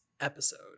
episode